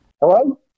Hello